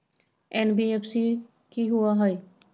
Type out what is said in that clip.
NBFC कि होअ हई?